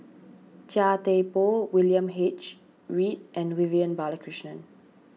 Chia Thye Poh William H Read and Vivian Balakrishnan